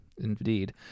indeed